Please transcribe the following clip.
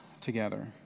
together